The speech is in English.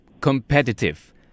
competitive